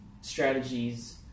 strategies